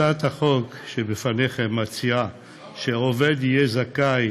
הצעת החוק שבפניכם מציעה שעובד יהיה זכאי